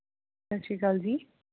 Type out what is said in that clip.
ਸਤਿ ਸ਼੍ਰੀ ਅਕਾਲ ਜੀ